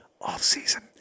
offseason